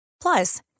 Plus